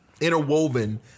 interwoven